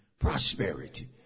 prosperity